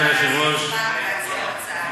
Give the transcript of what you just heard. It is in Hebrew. אדוני היושב-ראש,